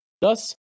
Thus